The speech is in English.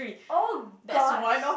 oh gosh